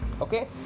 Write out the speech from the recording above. okay